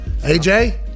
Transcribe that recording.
aj